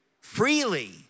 Freely